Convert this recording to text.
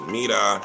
Mira